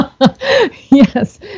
Yes